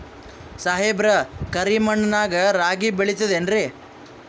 ಸಾಹೇಬ್ರ, ಕರಿ ಮಣ್ ನಾಗ ರಾಗಿ ಬೆಳಿತದೇನ್ರಿ?